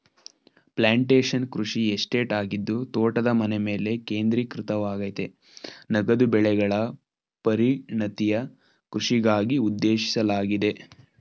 plantation ಕೃಷಿ estate ಆಗಿದ್ದು ತೋಟದ ಮನೆಮೇಲೆ ಕೇಂದ್ರೀಕೃತವಾಗಯ್ತೆ ನಗದು ಬೆಳೆಗಳ ಪರಿಣತಿಯ ಕೃಷಿಗಾಗಿ ಉದ್ದೇಶಿಸಲಾಗಿದೆ